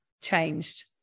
changed